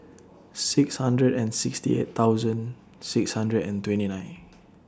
six hundred and sixty eight thousand six hundred and twenty nine